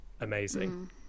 amazing